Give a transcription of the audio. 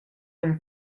vegn